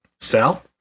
Sal